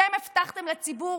אתם הבטחתם לציבור